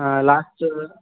हा लास्टचं